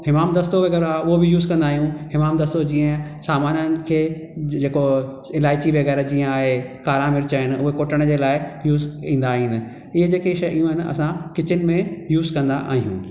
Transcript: हमामु दस्तो वग़ैरह उहो बि यूज़ कंदा आहियूं हमामु दस्तो जीअं सामाननि खे जेको इलाइची वग़ैरह जीअं आहे कारा मिर्च आहिनि उहे कुटण जे लाइ यूज़ इंदा आहिनि इहे जेके शयूं आहिनि असां किचन में यूज़ कंदा आहियूं